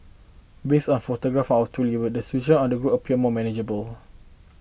based on photograph our tour leader the situation on the ground appear manageable